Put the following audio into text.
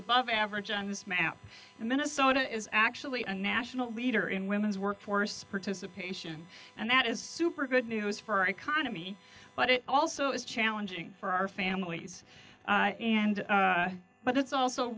above average on this map and minnesota is actually a national leader in women's workforce participation and that is super good news for our economy but it also is challenging for our families and but it's also